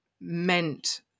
meant